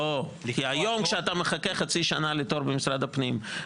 היום כשאתה מחכה חצי שנה לתור במשרד הפנים,